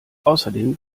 außerdem